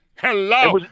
Hello